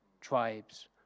tribes